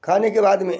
खाने के बाद में